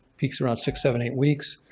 peaks around six, seven, eight weeks.